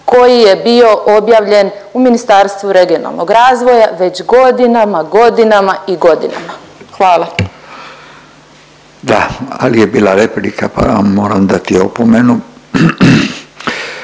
koji je bio objavljen u Ministarstvu regionalnog razvoja već godinama, godinama i godinama. Hvala. **Radin, Furio (Nezavisni)** Da, ali je bila replika pa vam moram dati opomenu.